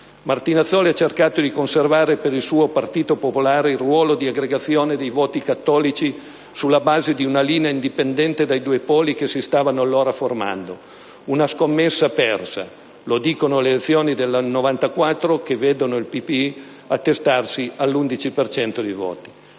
Martinazzoli ha cercato di conservare per il suo Partito Popolare il ruolo di aggregazione dei voti cattolici sulla base di una linea indipendente dai due poli che si stavano allora formando. Una scommessa persa: lo dicono le elezioni del 1994, che vedono il PPI attestarsi all'11 per cento